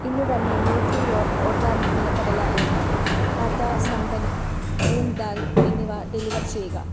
ഇന്ന് തന്നെ ന്യൂട്രിഓർഗ് ഓർഗാനിക് നിലക്കടല എണ്ണ ടാറ്റാ സംപൻ മൂംഗ് ദാൽ എന്നിവ ഡെലിവർ ചെയ്യുക